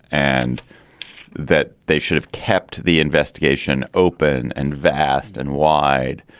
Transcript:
and that they should have kept the investigation open and vast and wide,